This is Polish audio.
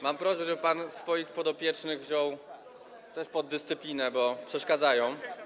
Mam prośbę, żeby pan swoich podopiecznych wziął też pod dyscyplinę, bo przeszkadzają.